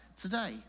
today